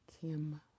Kim